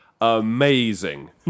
amazing